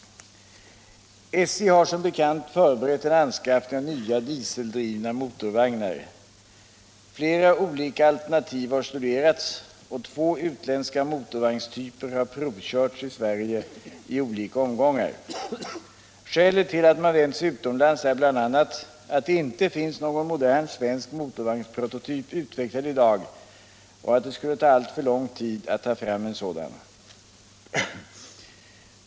SJ har som bekant förberett en anskaffning av nya dieseldrivna mo 83 torvagnar. Flera olika alternativ har studerats, och två utländska motorvagnstyper har provkörts i Sverige i olika omgångar. Skälet till att man vänt sig till utlandet är bl.a. att det inte finns någon modern svensk motorvagnsprototyp utvecklad i dag och att det skulle ta alltför lång tid att ta fram en sådan.